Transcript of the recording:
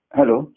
Hello